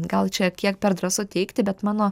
gal čia kiek per drąsu teigti bet mano